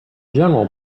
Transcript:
general